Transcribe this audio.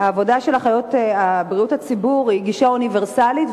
העבודה של אחיות בריאות הציבור היא לפי גישה אוניברסלית,